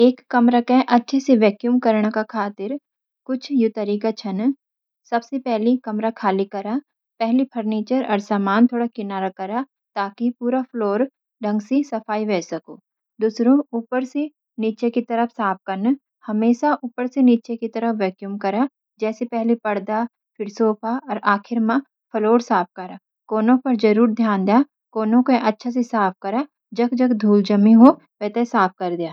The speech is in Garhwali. एक कमरे को अच्छे से वैक्यूम करणा खातिर कुछ यू तरीका छन: कमरा खाली करा – पहले फर्नीचर अर सामान थोड़ा किनारे करा ताकि पूरा फ्लोर ढंग सी सफाई वे सकू। ऊपर से नीचे की तरफ साफ कन – हमेशा ऊपर से नीचे की तरफ वैक्यूम कर, जैसे पहले पर्दे, फिर सोफा अर आखिर में फ्लोर साफ करा। कोनों पर ध्यान दो – कमरे के कोने पर जरूर ध्यान दया, कोनो के अच्छा सी साफ करा, जख जख धूल जमि हो वे ते साफ करी दया।